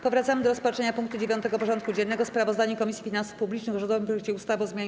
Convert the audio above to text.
Powracamy do rozpatrzenia punktu 9. porządku dziennego: Sprawozdanie Komisji Finansów Publicznych o rządowym projekcie ustawy o zmianie